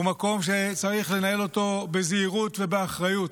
הוא מקום שצריך לנהל אותו בזהירות ובאחריות.